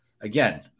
again